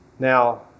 Now